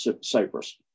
Cyprus